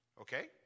Okay